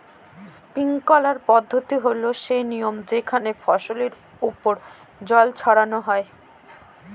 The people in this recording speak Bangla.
স্প্রিংকলার পদ্ধতি হল সে নিয়ম যেখানে ফসলের ওপর জল ছড়ানো হয়